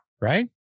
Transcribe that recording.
Right